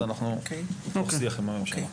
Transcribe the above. אז אנחנו בשיח עם הממשלה.